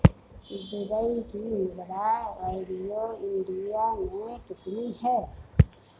Dubai की मुद्रा value India मे कितनी है?